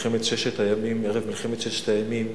ערב מלחמת ששת הימים,